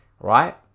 right